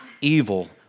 evil